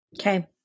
Okay